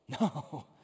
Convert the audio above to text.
No